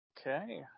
Okay